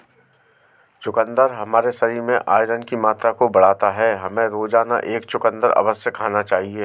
चुकंदर हमारे शरीर में आयरन की मात्रा को बढ़ाता है, हमें रोजाना एक चुकंदर अवश्य खाना चाहिए